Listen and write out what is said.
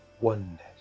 oneness